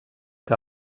que